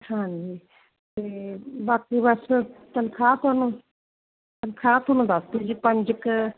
ਹਾਂਜੀ ਤੇ ਬਾਕੀ ਬਸ ਤਨਖਾਹ ਤਨਖਾਹ ਥੋਨੂੰ ਦੱਸ ਦਿੱਤੀ ਪੰਜ ਕ